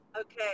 Okay